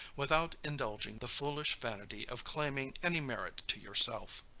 without indulging the foolish vanity of claiming any merit to yourself.